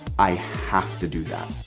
i have to do that.